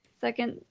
Second